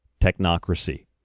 technocracy